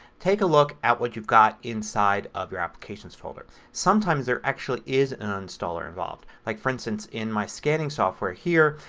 take a look at what you've got inside of your applications folder. sometimes there actually is an uninstaller involved. like for instance in my scanning software here,